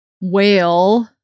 whale